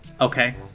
Okay